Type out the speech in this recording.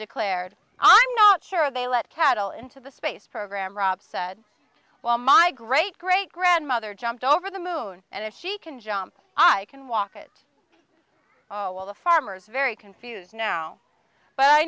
declared i'm not sure they let cattle into the space program rob said while my great great grandmother jumped over the moon and if she can jump i can walk it oh well the farmer's very confused now but i